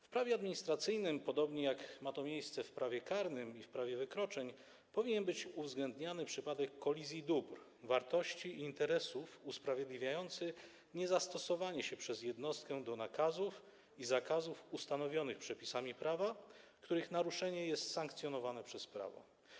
W prawie administracyjnym, podobnie jak ma to miejsce w prawie karnym i w prawie wykroczeń, powinien być uwzględniany przypadek kolizji dóbr, wartości i interesów usprawiedliwiający niezastosowanie się przez jednostkę do nakazów i zakazów ustanowionych przepisami prawa, których naruszenie jest sankcjonowane przez prawo.